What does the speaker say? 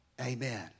Amen